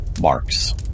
marks